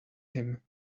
him